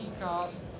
cars